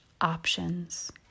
options